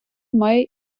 має